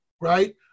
right